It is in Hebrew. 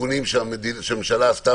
תיקונים שהממשלה עשתה,